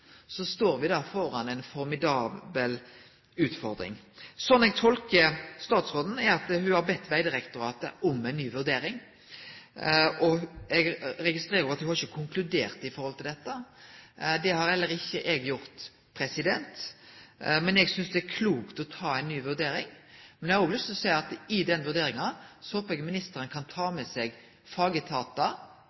står vi framfor ei formidabel utfordring. Slik eg tolkar statsråden, har ho bedt Vegdirektoratet om ei ny vurdering. Eg registrerer òg at ho ikkje har konkludert når det gjeld dette. Det har heller ikkje eg gjort, men eg synest det er klokt å ta ei ny vurdering. Men eg har lyst til å seie at i den vurderinga håper eg ministeren kan ta med seg fagetatar